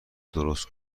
درست